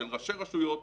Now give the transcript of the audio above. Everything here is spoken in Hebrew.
של ראשי רשויות,